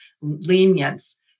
lenience